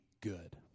good